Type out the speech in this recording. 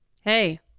Hey